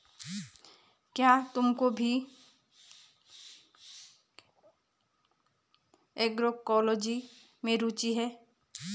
क्या तुमको भी एग्रोइकोलॉजी में रुचि है?